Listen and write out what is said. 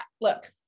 look